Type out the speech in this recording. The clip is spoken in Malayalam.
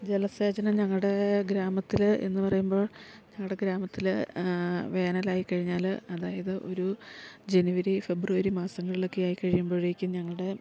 ജലസേചനം ഞങ്ങളുടെ ഗ്രാമത്തിൽ എന്നു പറയുമ്പോൾ ഞങ്ങളുടെ ഗ്രാമത്തിൽ വേനലായിക്കഴിഞ്ഞാൽ അതായത് ഒരു ജനുവരി ഫെബ്രുവരി മാസങ്ങളിലൊക്കെ ആയിക്കഴിയുമ്പോഴേക്കും ഞങ്ങളുടെ